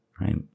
Right